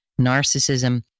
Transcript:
Narcissism